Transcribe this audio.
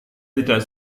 tidak